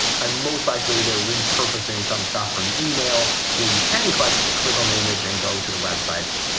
um most likely, they're repurposing some stuff from email where you can click click on the image and go to the website.